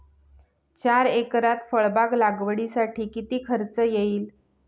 चार एकरात फळबाग लागवडीसाठी किती खर्च येईल?